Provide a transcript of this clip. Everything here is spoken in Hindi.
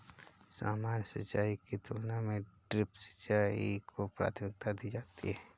सामान्य सिंचाई की तुलना में ड्रिप सिंचाई को प्राथमिकता दी जाती है